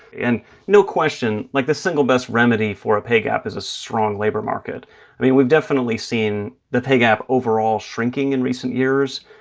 and no question, like, the single best remedy for a pay gap is a strong labor market i mean, we've definitely seen the pay gap overall shrinking in recent years.